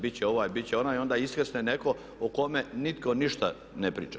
Bit će ovaj, bit će onaj i onda iskrsne netko o kome nitko ništa ne priča.